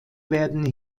werden